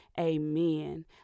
Amen